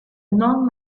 non